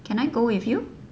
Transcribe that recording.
can I go with you